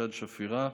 אני העדות החיה.